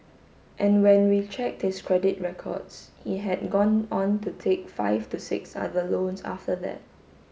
and when we checked his credit records he had gone on to take five to six other loans after that